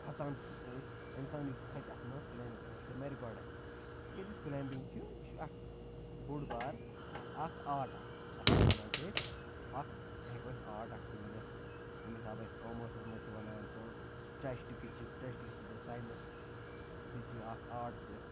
کھۄژان تہِ چھِ اِنسان یُس کھۄتہِ اَتھ منٛز کٕلایمبِنٛگ کَران سُہ مَرِ گۄڈَے تِکیٛازِ یُس کٕلایمبِنٛگ چھِ یہِ چھُ اَکھ بوٚڈ بار اَکھ آرٹ اَکھ اَتھ أسۍ وَنان چھِ أسۍ اَکھ یہِ ہٮ۪کو أسۍ آرٹ اَکھ تہِ ؤنِتھ ییٚمہِ حِساب أسۍ کامٲرسَس منٛز چھِ وَنان کم سٕٹرٛٮ۪شٹِکٕس چھِ سٕٹرٛٮ۪شٹِکٕس تہِ تہِ ساینَس سُہ چھِ اَکھ آرٹ تہِ